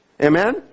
Amen